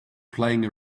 playing